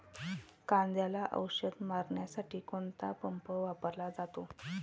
कांद्याला औषध मारण्यासाठी कोणता पंप वापरला जातो?